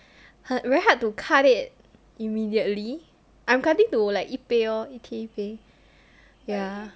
he~ very hard to cut it immediately I'm cutting to like 一杯 lor 一天一杯 ya